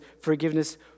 forgiveness